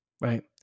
right